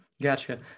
Gotcha